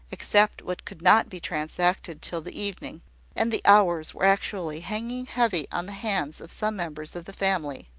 except what could not be transacted till the evening and the hours were actually hanging heavy on the hands of some members of the family.